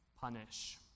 punish